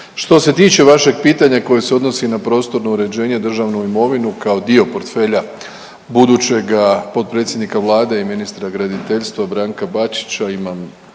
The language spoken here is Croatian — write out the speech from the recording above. Što se tiče vašeg pitanja koje se odnosi na prostorno uređenje i državnu imovinu kao dio portfelja budućega potpredsjednika Vlade i ministra graditeljstva Branka Bačića imam